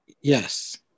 yes